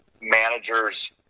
managers